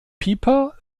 pieper